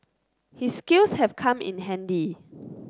his skills have come in handy